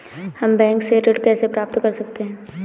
हम बैंक से ऋण कैसे प्राप्त कर सकते हैं?